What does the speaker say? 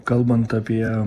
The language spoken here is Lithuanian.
kalbant apie